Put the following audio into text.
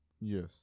Yes